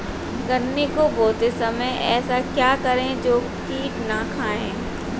गन्ने को बोते समय ऐसा क्या करें जो कीट न आयें?